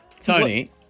Tony